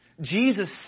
Jesus